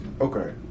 okay